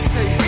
Say